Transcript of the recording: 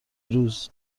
روز